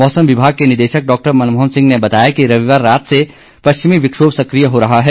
मौसम विभाग के निदेशक डॉक्टर मनमोहन सिंह ने बताया कि रविवार रात से पश्चिमी विक्षोभ सक्रिय हो रहा है